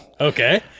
Okay